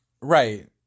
Right